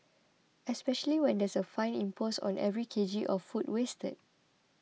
especially when there's a fine imposed on every K G of food wasted